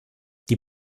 die